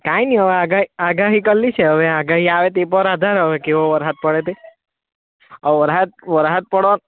કંઈ નહીં હવે આગાહી આગાહી કરેલી છે હવે આગાહી તે પર આધાર હવે કેવો વરસાદ પડે તે આ વરસાદ વરસાદ પડ